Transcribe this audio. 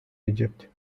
egypt